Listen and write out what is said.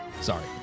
sorry